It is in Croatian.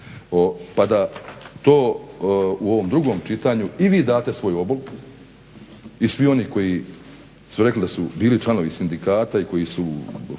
pa da to u ovom drugom čitanju i vi date svoj obol i svi oni koji su rekli da su bili članovi sindikata i koji su